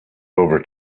over